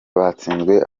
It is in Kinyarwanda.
batsinzwe